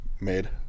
made